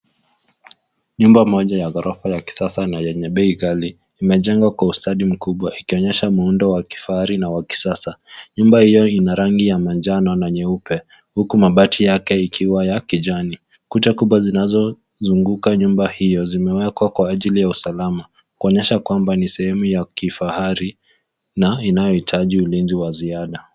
Nyumba moja ya ghorofa ya kisasa na yenye bei kali imejengwa kwa ustadi mkubwa ikionyesha muundo wa kifahari na wa kisasa. Nyumba hiyo ina rangi ya manjano na nyeupe huku mabati yake ikiwa ya kijani. Kuta kubwa zinazozunguka nyumba hiyo zimewekwa kwa ajili ya usalama kuonesha kwamba ni sehemu ya kifahari na inayohitaji ulinzi wa ziada.